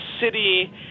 city